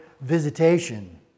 visitation